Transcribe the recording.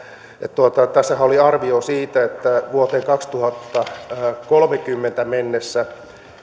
tässähän oli arvio siitä että vuoteen kaksituhattakolmekymmentä mennessä